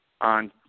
on